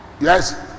Yes